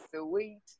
sweet